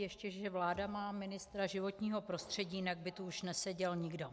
Ještě že vláda má ministra životního prostředí, jinak by tu už neseděl nikdo.